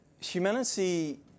Humanity